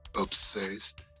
obsessed